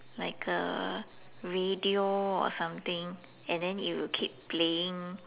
like a radio or something and then it will keep playing